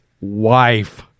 wife